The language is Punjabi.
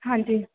ਹਾਂਜੀ